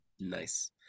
Nice